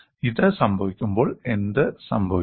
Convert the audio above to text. ഇത് സംഭവിക്കുമ്പോൾ എന്ത് സംഭവിക്കും